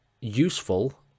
useful